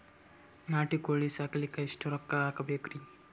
ನಾಟಿ ಕೋಳೀ ಸಾಕಲಿಕ್ಕಿ ಎಷ್ಟ ರೊಕ್ಕ ಹಾಕಬೇಕ್ರಿ?